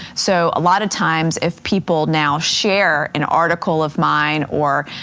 so a lot of times if people now share an article of mine, or